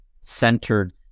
centered